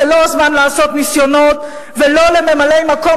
זה לא הזמן לעשות ניסיונות ולא לממלאי-מקום,